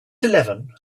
eleven